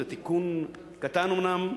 זה תיקון קטן אומנם,